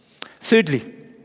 Thirdly